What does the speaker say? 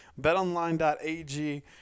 betonline.ag